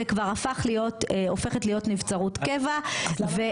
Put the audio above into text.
זה הופכת להיות נבצרות קבע.